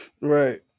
Right